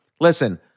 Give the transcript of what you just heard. listen